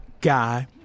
guy